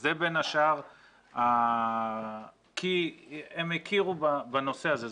זה בין השאר כי הם הכירו בנושא הזה.